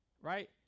Right